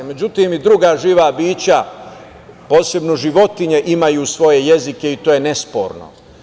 Međutim, i druga živa bića, posebno životinje, imaju svoje jezike, i to je nesporno.